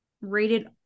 rated